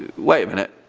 wait a minute,